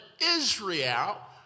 Israel